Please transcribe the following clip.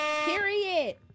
Period